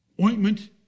Ointment